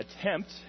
attempt